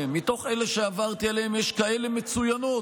ומתוך אלה שעברתי עליהן יש כאלה מצוינות